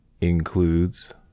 includes